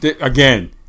Again